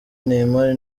neymar